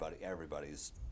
Everybody's